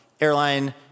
airline